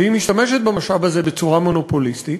והיא משתמשת במשאב הזה בצורה מונופוליסטית.